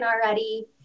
already